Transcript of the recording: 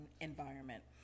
environment